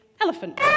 elephant